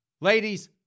Ladies